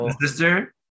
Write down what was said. Sister